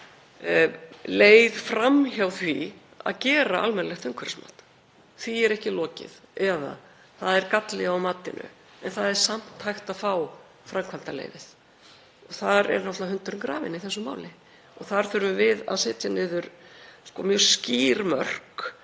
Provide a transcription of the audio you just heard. leið fram hjá því að gera almennilegt umhverfismat. Því er ekki lokið eða það er galli á matinu en það er samt hægt að fá framkvæmdaleyfið. Þar liggur náttúrlega hundurinn grafinn í þessu máli og þar þurfum við að setja mjög skýr mörk.